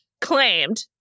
claimed